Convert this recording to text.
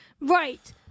Right